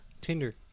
Tinder